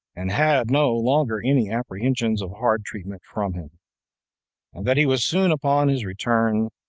and had no longer any apprehensions of hard treatment from him and that he was soon upon his return,